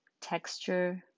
texture